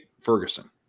Ferguson